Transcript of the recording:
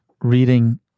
reading